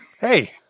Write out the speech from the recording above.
Hey